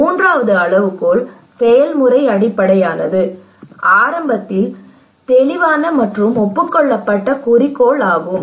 மூன்றாவது அளவுகோல் செயல்முறை அடிப்படையானது ஆரம்பத்தில் தெளிவான மற்றும் ஒப்புக்கொள்ளப்பட்ட குறிக்கோள் ஆகும்